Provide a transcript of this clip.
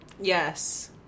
yes